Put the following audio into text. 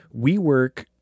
WeWork